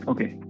Okay